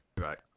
Right